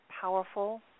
powerful